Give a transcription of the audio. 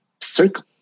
circle